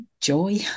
joy